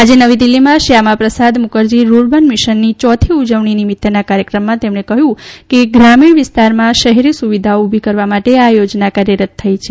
આજે નવી દિલ્હીમાં શ્યામાપ્રસાદ મુખરજી રૂરબન મિશનની ચોથી ઉજવણી નિમિત્તેના કાર્યક્રમમાં તેમણે કહ્યું કે ગ્રામીણ વિસ્તારમાં શહેરી સુવિધાઓ ઉભી કરવા માટે આ યોજના કાર્યરત થઇ છે